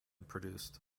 produced